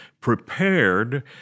prepared